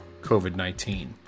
COVID-19